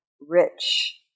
rich